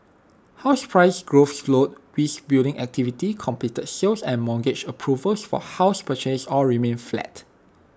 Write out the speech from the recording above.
house price growth slowed whilst building activity completed sales and mortgage approvals for house purchase all remained flat